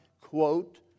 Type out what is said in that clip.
quote